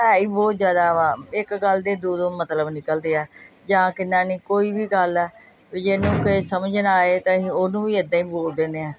ਹੈ ਹੀ ਬਹੁਤ ਜ਼ਿਆਦਾ ਵਾ ਇੱਕ ਗੱਲ ਦੇ ਦੋ ਦੋ ਮਤਲਬ ਨਿਕਲਦੇ ਆ ਜਾਂ ਕਿੰਨਾ ਨਹੀਂ ਕੋਈ ਵੀ ਗੱਲ ਹੈ ਜਿਹਨੂੰ ਕੋਈ ਸਮਝ ਨਾ ਆਏ ਤਾਂ ਅਸੀਂ ਉਹਨੂੰ ਵੀ ਐਦਾਂ ਹੀ ਬੋਲਦੇ ਦਿੰਦੇ ਹਾਂ